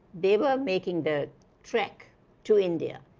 they were making the trek to india.